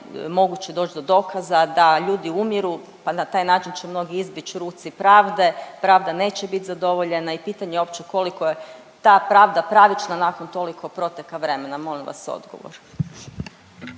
moguće doći do dokaza, da ljudi umiru pa na taj način će mnogi izbjeći ruci pravde, pravda neće biti zadovoljena i pitanje je uopće koliko je ta pravda pravična nakon toliko proteka vremena. Molim vas odgovor.